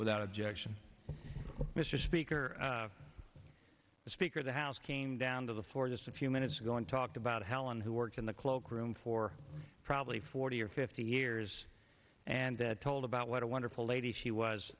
without objection mr speaker the speaker of the house came down to the floor just a few minutes ago and talked about helen who worked in the cloak room for probably forty or fifty years and told about what a wonderful lady she was